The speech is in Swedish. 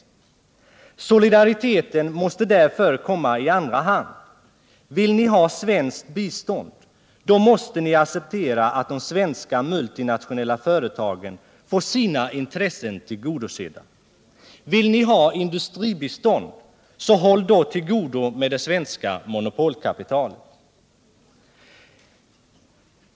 Solidariteten måste därför komma i andra hand. Vill ni ha svenskt bistånd, då måste ni acceptera att de svenska multinationella företagen får sina intressen tillgodosedda. Vill ni ha industribistånd, håll då till godo med det svenska monopolkapitalet.